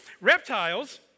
Reptiles